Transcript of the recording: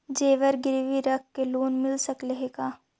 जेबर गिरबी रख के लोन मिल सकले हे का?